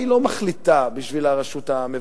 לא מחליטה בשביל הרשות המבצעת.